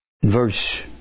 verse